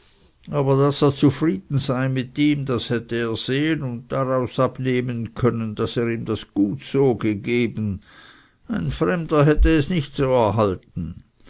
aber daß er zufrieden sei mit ihm das hätte er sehen und daraus abnehmen können daß er ihm das gut so gegeben ein fremder hätte es nicht so erhalten